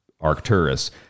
Arcturus